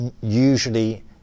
usually